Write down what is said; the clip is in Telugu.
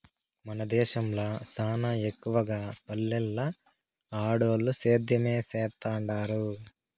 మన దేశంల సానా ఎక్కవగా పల్లెల్ల ఆడోల్లు సేద్యమే సేత్తండారు